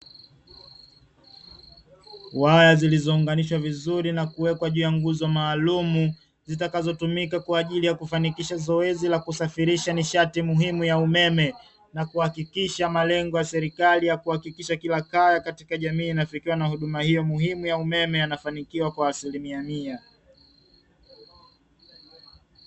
Waya zilizounganishwa vizuri na kuwekwa juu ya nguzo maalumu, zitakazotumika kwa ajili ya kufanikisha zoezi la kusafirisha nishati muhimu ya umeme na kuhakikisha malengo ya serikali ya kuhakikisha kila kaya katika jamii inafikiwa na huduma hiyo muhimu ya umeme inafanikiwa kwa asilimia mia.